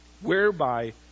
whereby